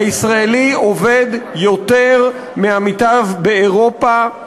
הישראלי עובד יותר מעמיתיו באירופה.